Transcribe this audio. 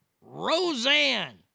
Roseanne